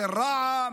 של רע"מ,